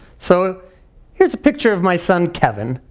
so here's a picture of my son kevin,